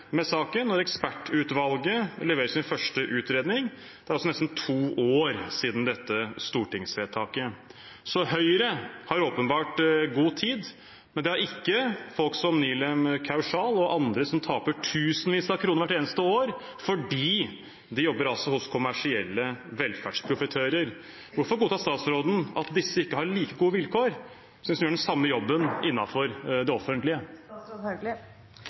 med saken og ekspertutvalget levere sin første utredning. Det er nesten to år siden dette stortingsvedtaket, så Høyre har åpenbart god tid. Men det har ikke folk som Nilem Kaushal og andre, som taper tusenvis av kroner hvert eneste år fordi de jobber hos kommersielle velferdsprofitører. Hvorfor godtar statsråden at disse ikke har like gode vilkår som de som gjør den samme jobben innenfor det